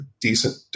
decent